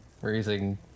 raising